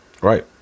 Right